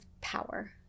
power